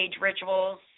rituals